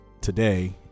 today